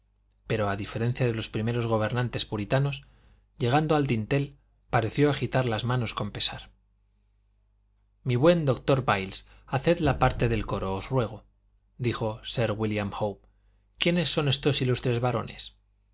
pero a diferencia de los primeros gobernadores puritanos llegando al dintel pareció agitar las manos con pesar mi buen doctor byles haced la parte del coro os ruego dijo sir wílliam howe quiénes son estos ilustres varones